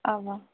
اَوا